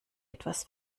etwas